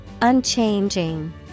Unchanging